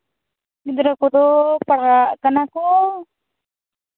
ᱜᱤᱫᱽᱨᱟᱹ ᱠᱚᱫᱚ ᱯᱟᱲᱦᱟᱜ ᱠᱟᱱᱟ ᱠᱚ